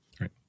Right